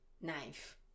Knife